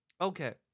Okay